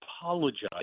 apologize